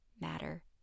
matter